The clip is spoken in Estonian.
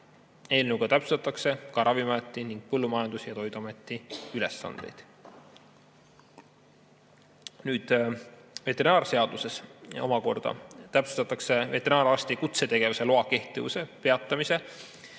Eelnõuga täpsustatakse ka Ravimiameti ning Põllumajandus- ja Toiduameti ülesandeid. Veterinaarseaduses omakorda täpsustatakse veterinaararsti kutsetegevuse loa kehtivuse peatamise,